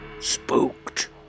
Spooked